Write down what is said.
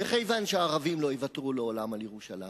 וכיוון שהערבים לא יוותרו לעולם על ירושלים,